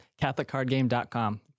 CatholicCardGame.com